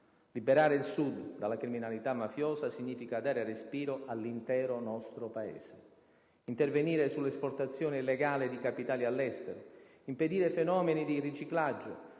Liberare il Sud dalla criminalità mafiosa significa dare respiro all'intero nostro Paese. Intervenire sull'esportazione illegale di capitali all'estero, impedire fenomeni di riciclaggio,